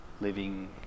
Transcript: living